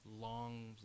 long